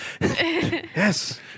Yes